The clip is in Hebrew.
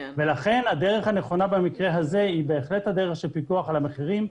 לכן הדרך הנכונה במקרה הזה היא בהחלט הדרך של פיקוח על המחירים,